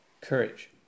courage